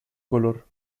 color